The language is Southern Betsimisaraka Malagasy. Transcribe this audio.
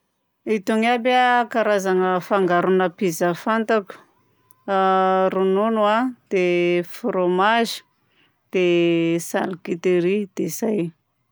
Itony aby karazagna fangarona pizza fantako: a ronono a, dia frômazy, dia charcuterie, dia zay.